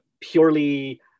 purely